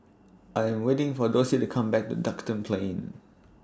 I'm waiting For Dossie to Come Back Duxton Plain